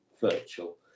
virtual